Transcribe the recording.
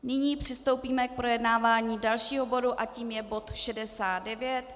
Nyní přistoupíme k projednávání dalšího bodu, tím je bod 69.